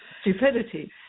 stupidity